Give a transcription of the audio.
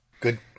Good